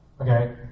okay